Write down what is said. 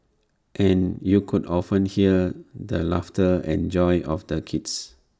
and you could often hear the laughter and joy of the kids